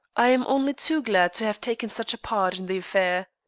i am only too glad to have taken such a part in the affair.